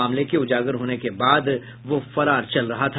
मामले के उजागर होने के बाद वह फरार चल रहा था